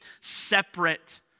separate